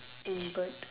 mm bird